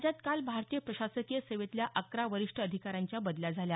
राज्यात काल भारतीय प्रशासकीय सेवेतल्या अकरा वरिष्ठ अधिकाऱ्यांच्या बदल्या झाल्या